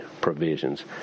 provisions